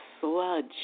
sludge